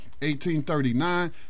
1839